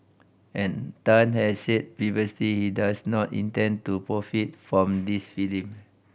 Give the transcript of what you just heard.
and Tan has said previously he does not intend to profit from this film